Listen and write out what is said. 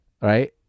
right